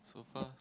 sofa